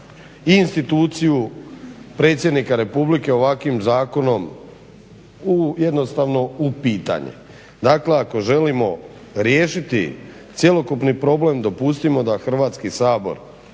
instituciju predsjednika Republike ovakvim zakonom u jednostavno u pitanje. Dakle ako želimo riješiti cjelokupni problem dopustimo da Hrvatski sabor